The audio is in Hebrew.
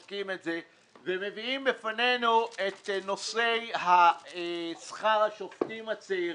מביאים בפנינו את נושא שכר השופטים הצעירים.